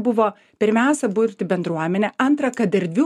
buvo pirmiausia burti bendruomenę antrą kad erdvių